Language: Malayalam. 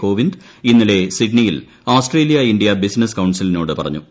കോവിന്ദ് ഇന്നലെ സിഡ്നിയിൽ ഓസ്ട്രേലിയ ഇന്ത്യ ബിസിനസ് കൌൺസിലിനോട് പറഞ്ഞു